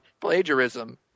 plagiarism